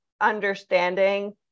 understanding